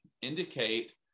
indicate